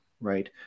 right